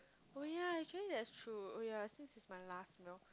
oh ya actually that's true oh ya since it's my last meal